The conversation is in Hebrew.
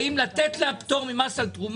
האם לתת לה פטור ממס על תרומה?